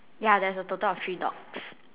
ya there is a total of three dogs